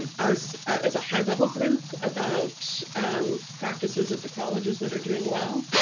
and as as a high-level group about practices at the colleges that are doing well,